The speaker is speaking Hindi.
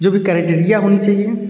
जो भी क्राइटेरिया होनी चाहिए